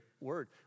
word